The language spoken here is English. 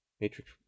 Matrix